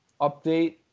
update